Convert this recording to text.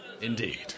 Indeed